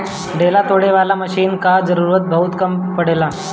ढेला तोड़े वाला मशीन कअ जरूरत बहुत कम पड़ेला